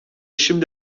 şimdi